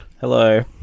Hello